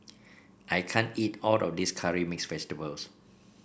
I can't eat all of this Curry Mixed Vegetable